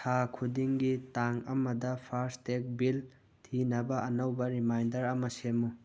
ꯊꯥ ꯈꯨꯗꯤꯡꯒꯤ ꯇꯥꯡ ꯑꯃꯗ ꯐꯥꯁꯇꯦꯒ ꯕꯤꯜ ꯊꯤꯅꯕ ꯑꯅꯧꯕ ꯔꯤꯃꯥꯏꯟꯗꯔ ꯑꯃ ꯁꯦꯝꯃꯨ